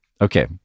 Okay